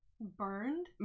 burned